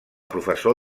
professor